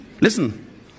Listen